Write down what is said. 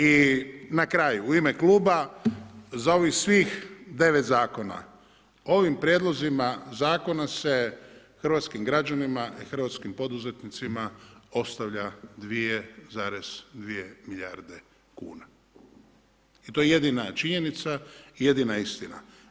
I na kraju, u ime kluba za ovih svih 9 zakona, ovim prijedlozima zakona se hrvatskim građanima i hrvatskim poduzetnicima ostavlja 2,2 milijarde kuna. i to je jedina činjenica, jedina istina.